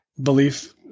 belief